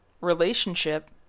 relationship